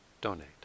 donate